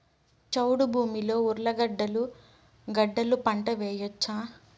చౌడు భూమిలో ఉర్లగడ్డలు గడ్డలు పంట వేయచ్చా?